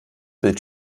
bild